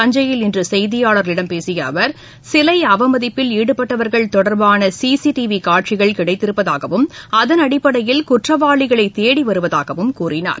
தஞ்சையில் இன்று செய்தியாளர்களிடம் பேசிய அவர் சிலை அவமதிப்பில் ஈடுபட்டவர்கள் தொடர்பான சிசிடிவி காட்சிகள் கிடைத்திருப்பதாகவும் அதன் அடிப்படையில் குற்றவாளிகளை தேடி வருவதாகவும் கூறினார்